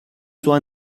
sua